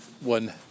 One